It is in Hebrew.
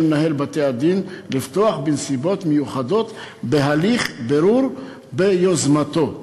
מינהל בתי-הדין לפתוח בנסיבות מיוחדות בהליך בירור ביוזמתו.